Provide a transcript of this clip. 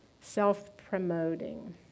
Self-promoting